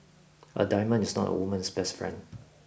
a diamond is not a woman's best friend